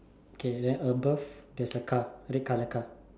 okay then above there's a car a red colour car